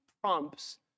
prompts